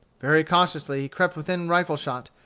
very cautiously he crept within rifle-shot,